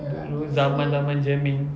dulu zaman zaman jamming